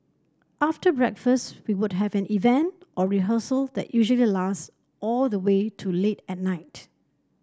after breakfast we would have an event or rehearsal that usually lasts all the way to late at night